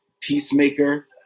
Peacemaker